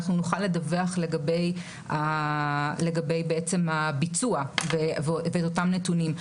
אנחנו נוכל לדווח לגבי בעצם הביצוע באותם נתונים.